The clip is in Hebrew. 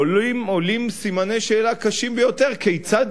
עולים סימני שאלה קשים ביותר כיצד,